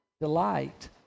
delight